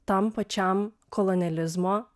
tam pačiam kolonializmo